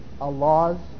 Allah's